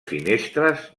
finestres